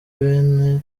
bene